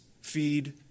feed